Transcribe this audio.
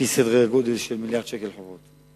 על-פי היקף של מיליארד שקל חובות.